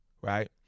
Right